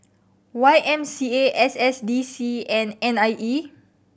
Y M C A S S D C and N I E